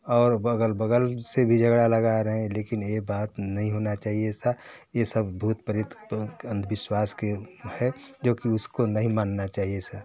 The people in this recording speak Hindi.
और बगल बगल से भी झगड़ा लगा रहे हैं लेकिन यह बात नहीं होना चाहिए ऐसा यह सब भूत प्रेत को अंधविश्वास किया है क्योंकि उसको नहीं मानना चाहिए इसे